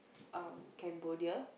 uh Cambodia